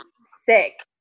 sick